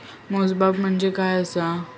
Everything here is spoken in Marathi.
मोजमाप म्हणजे काय असा?